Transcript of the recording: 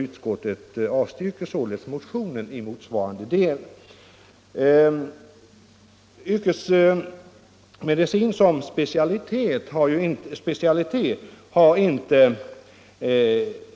Utskottet avstyrker således motionen i motsvarande del.” Yrkesmedicin som specialitet har inte